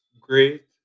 great